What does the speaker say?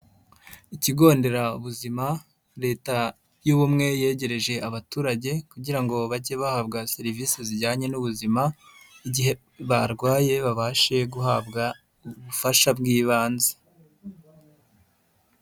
Ikigo nderabuzima leta y'ubumwe yegereje abaturage kugira ngo bajye bahabwa serivisi zijyanye n'ubuzima, igihe barwaye babashe guhabwa ubufasha bw'ibanze.